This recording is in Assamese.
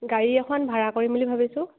গাড়ী এখন ভাড়া কৰিম বুলি ভাবিছোঁ